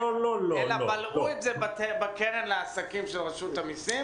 אלא בלעו את זה בקרן לעסקים של רשות המסים?